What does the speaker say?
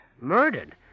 Murdered